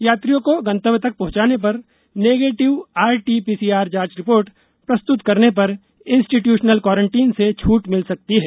यात्रियों को गंतव्य तक पहंचने पर नेगेटिव आरटी पीसीआर जांच रिपोर्ट प्रस्तुत करने पर इंस्टीट्यूशनल क्वारंटीन से छूट मिल सकती है